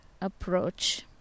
approach